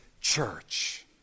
church